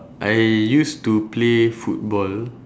I used to play football